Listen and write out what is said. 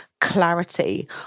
clarity